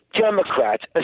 Democrats